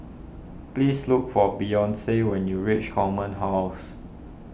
please look for Beyonce when you reach Command House